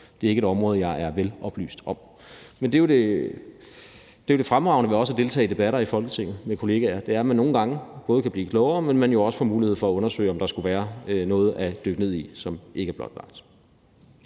Det er ikke et område, jeg er veloplyst om. Men det er jo det fremragende ved også at deltage i debatter med kollegaer i Folketinget, at man nogle gange både kan blive klogere, men at man jo også får mulighed for at undersøge, om der skulle være noget at dykke ned i, som ikke er blotlagt.